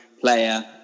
player